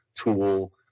tool